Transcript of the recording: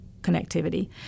connectivity